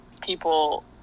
people